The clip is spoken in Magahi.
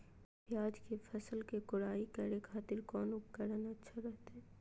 प्याज के फसल के कोढ़ाई करे खातिर कौन उपकरण अच्छा रहतय?